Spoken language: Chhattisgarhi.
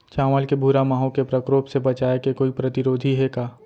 चांवल के भूरा माहो के प्रकोप से बचाये के कोई प्रतिरोधी हे का?